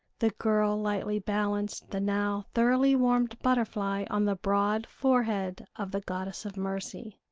the girl lightly balanced the now thoroughly warmed butterfly on the broad forehead of the goddess of mercy.